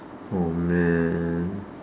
oh man